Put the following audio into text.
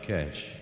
Cash